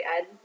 ed